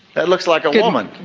it looks like a woman.